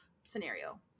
scenario